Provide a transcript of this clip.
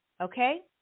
Okay